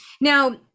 Now